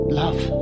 love